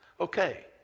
Okay